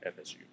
FSU